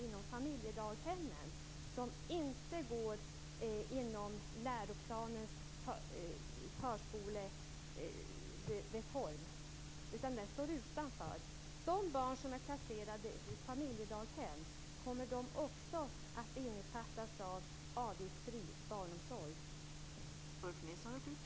Men i första hand är det ju fråga om en förskoleverksamhet med pedagogisk inriktning. Så här på stående fot är det svårt att säga om man kan räkna in någon form av familjedaghem där.